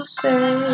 say